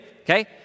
Okay